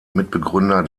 mitbegründer